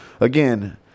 again